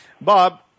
Bob